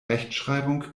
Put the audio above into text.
rechtschreibung